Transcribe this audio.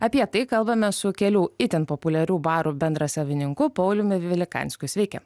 apie tai kalbame su kelių itin populiarių barų bendrasavininku pauliumi vilikanskiu sveiki